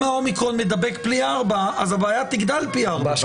אם האומיקרון מדבק פי ארבע אז הבעיה תגדל פי ארבע.